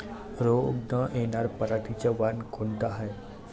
रोग न येनार पराटीचं वान कोनतं हाये?